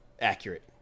Accurate